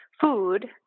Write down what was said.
food